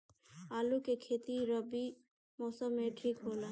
आलू के खेती रबी मौसम में ठीक होला का?